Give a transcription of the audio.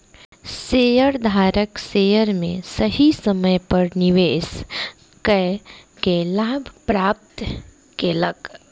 शेयरधारक शेयर में सही समय पर निवेश कअ के लाभ प्राप्त केलक